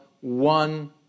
one